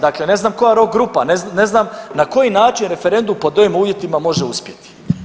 Dakle, ne znam koja rok grupa, ne znam na koji način referendum pod ovim uvjetima može uspjeti.